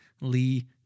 Lee